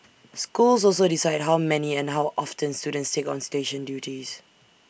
schools also decide how many and how often students take on station duties